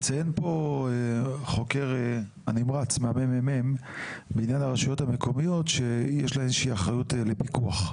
החוקר הנמרץ מה-ממ"מ מציין שלרשות המקומית יש איזושהי אחריות לפיקוח.